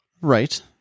Right